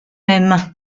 même